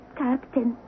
captain